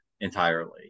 entirely